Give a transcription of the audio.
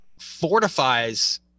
fortifies